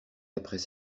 après